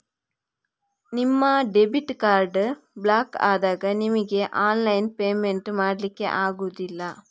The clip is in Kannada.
ನಿಮ್ಮ ಡೆಬಿಟ್ ಕಾರ್ಡು ಬ್ಲಾಕು ಆದಾಗ ನಿಮಿಗೆ ಆನ್ಲೈನ್ ಪೇಮೆಂಟ್ ಮಾಡ್ಲಿಕ್ಕೆ ಆಗುದಿಲ್ಲ